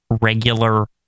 regular